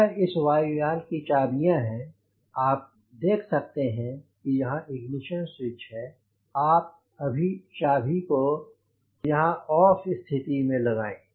यह इस वायुयान की चाबियां हैं आप देख सकते हैं यहां इग्निशन स्विच है आप अभी चाबी को यहाँ ऑफ स्थिति में लगाएं